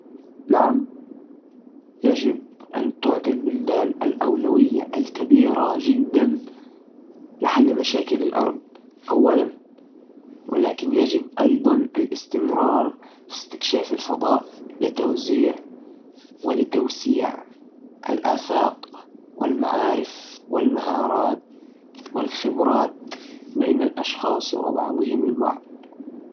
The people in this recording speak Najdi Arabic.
من المهم التوازن بين الإثنين. استكشاف الفضاء يفتح أفاق جديدة ويعزز الإبتكار. يمكن أن يقدم حلول لمشاكل على الأرض. لكن في نفس الوقت، حل المشاكل الحالية مثل الفقر والبيئة والصحة يجب أن يكون أولوية. التركيزعلى الأرض يضمن تحسين الحياة الآن. بينما استكشاف الفضاء يوفر فرص مستقبلية. يظل أفضل يكون في اهتمام بالاثنين بشكل متزامن.